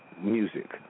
music